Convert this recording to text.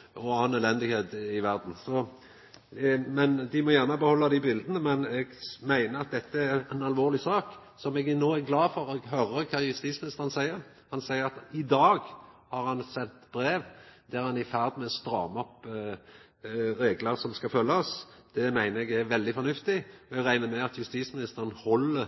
i verda. Dei må gjerne behalda dei bileta. Men eg meiner at dette er ei alvorleg sak, og eg er no glad for å høyra at justisministeren seier at han i dag har sendt brev der han er i ferd med å stramma opp reglar som skal følgjast. Det meiner eg er veldig fornuftig. Eg reknar med at justisministeren held